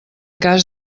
cas